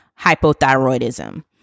hypothyroidism